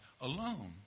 alone